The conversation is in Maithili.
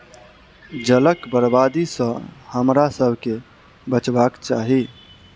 जलक बर्बादी सॅ हमरासभ के बचबाक चाही